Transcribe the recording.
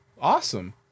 Awesome